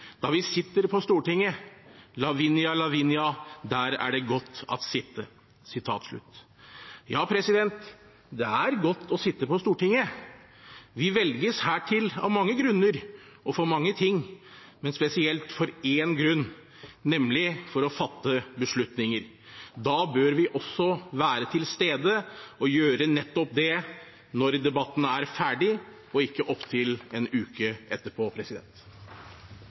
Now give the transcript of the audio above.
da vi sidder paa stortinget. Lavinia, Lavinia – der er det godt at sidde.» Ja, det er godt å sitte på Stortinget. Vi velges hertil av mange grunner og for mange ting, men spesielt av én grunn – nemlig for å fatte beslutninger. Da bør vi også være til stede og gjøre nettopp det når debattene er ferdig, ikke opptil en uke etterpå.